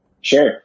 Sure